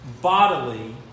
bodily